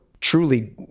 truly